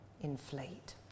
inflate